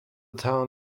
town